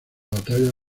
batalla